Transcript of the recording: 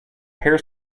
hair